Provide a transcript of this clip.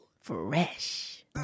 Fresh